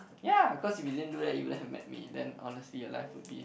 ya because if you didn't do that you wouldn't have met me then honestly your life would be